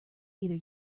either